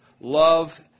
love